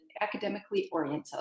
academically-oriented